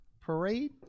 parade